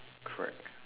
correct